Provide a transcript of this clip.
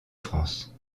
france